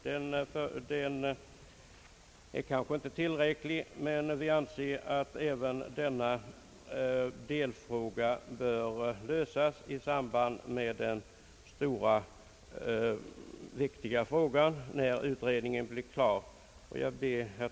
Den är kanske inte tillräcklig, men vi anser att även denna delfråga bör lösas i samband med det ställningstagande som får göras när utredningen blivit klar. Herr talman!